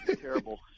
terrible